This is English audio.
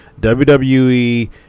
wwe